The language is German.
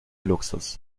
luxus